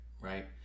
Right